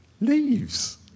Leaves